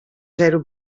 zero